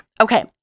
Okay